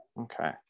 Okay